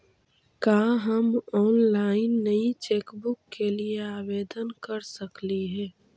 का हम ऑनलाइन नई चेकबुक के लिए आवेदन कर सकली हे